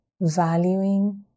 valuing